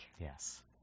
Yes